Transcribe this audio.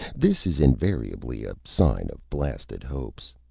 this is invariably a sign of blasted hopes.